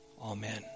Amen